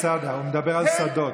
חבר הכנסת סעדה, הוא מדבר על שדות.